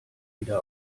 wieder